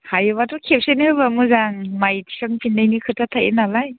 हायोबाथ' खेबसेनो होबा मोजां माइ थिसनफिननायनि खोथा थायो नालाय